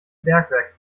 bergwerk